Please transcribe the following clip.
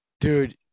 Dude